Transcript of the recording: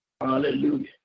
Hallelujah